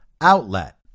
outlet